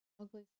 ugly